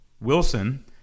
Wilson